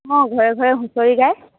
অঁ ঘৰে ঘৰে হুঁচৰি গায়